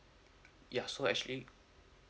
yeah so actually